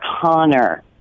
Connor